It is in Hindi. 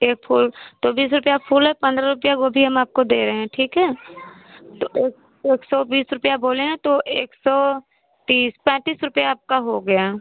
एक फूल तो बीस रुपया फूल है पंद्रह रुपया गोभी हम आपको दे रहे हैं ठीक है तो एक एक सौ बीस रुपया बोले हैं तो एक सौ तीस पैंतीस रुपया आपका हो गया